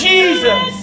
Jesus